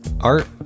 Art